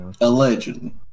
Allegedly